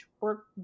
work